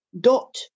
dot